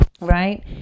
right